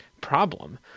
problem